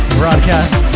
broadcast